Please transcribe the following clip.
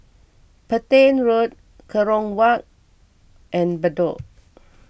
Petain Road Kerong Walk and Bedok